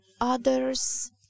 others